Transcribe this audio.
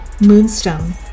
moonstone